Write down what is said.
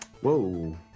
Whoa